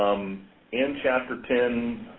um in chapter ten,